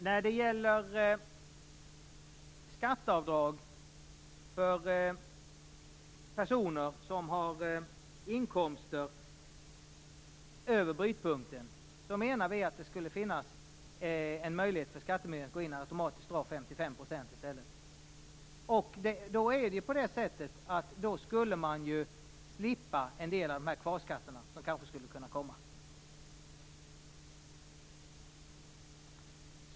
När det gäller skatteavdrag för personer som har inkomster över brytpunkten, menar vi att det skulle finnas en möjlighet för skattemyndigheterna att gå in och automatiskt dra 55 % i stället. Då skulle man ju slippa en del av de kvarskatter som kanske kan komma.